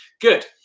good